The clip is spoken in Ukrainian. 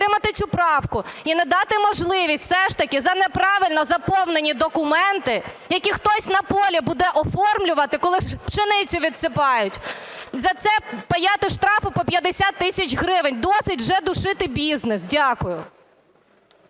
підтримати цю правку і надати можливість все ж таки за неправильно заповнені документи, які, хтось на полі буде оформлювати, коли пшеницю відсипають, за це паяти штрафи по 50 тисяч гривень, досить вже душити бізнес. Дякую.